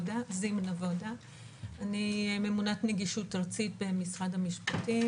אני ממונת נגישות ארצית במשרד המשפטים